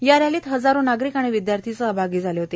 या रस्तीत हजारो नागरिक आणि विदयार्थी सहभागी झाले होते